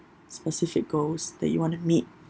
specific goals that you want to meet